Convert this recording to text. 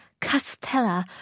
Castella